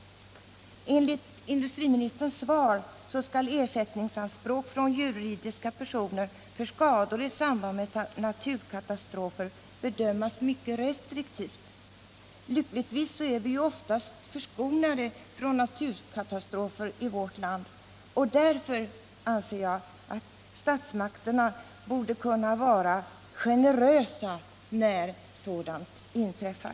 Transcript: Uddevalla Enligt industriministerns svar skall ersättningsanspråk från juridiska personer för skador i samband med naturkatastrofer bedömas mycket restriktivt. Lyckligtvis är vi i vårt land oftast förskonade från naturkatastrofer, och därför borde statsmakterna kunna vara generösa när sådana inträffar.